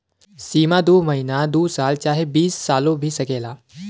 सीमा दू महीना दू साल चाहे बीस सालो भी सकेला